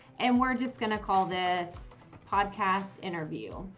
and we're just going to call this podcast interview.